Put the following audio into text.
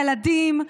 ילדים,